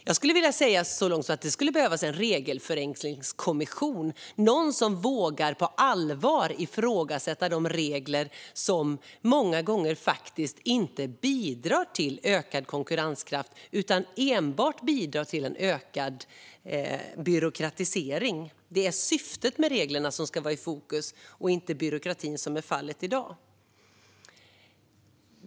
Jag skulle vilja sträcka mig så långt som till att säga att det skulle behövas en regelförenklingskommission, som på allvar vågar ifrågasätta de regler som många gånger faktiskt inte bidrar till ökad konkurrenskraft utan enbart till en ökad byråkratisering. Det är syftet med reglerna som ska vara i fokus, inte byråkratin, som är fallet i dag.